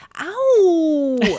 ow